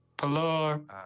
Hello